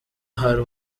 hari